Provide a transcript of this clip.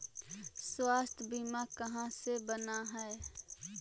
स्वास्थ्य बीमा कहा से बना है?